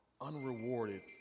unrewarded